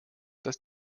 dass